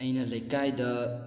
ꯑꯩꯅ ꯂꯩꯀꯥꯏꯗ